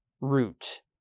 root